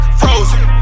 frozen